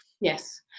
Yes